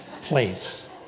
place